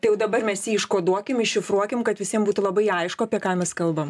tai jau dabar mes jį iškoduokim iššifruokim kad visiem būtų labai aišku apie ką mes kalbam